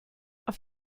auf